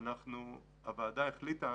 הוועדה החליטה